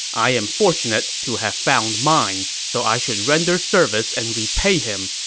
i am fortunate to have found mine, so i should render service and repay him.